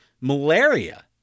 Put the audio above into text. malaria